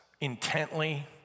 intently